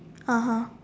(uh huh)